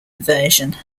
version